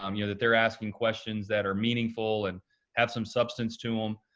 um you know, that they're asking questions that are meaningful and have some substance to them.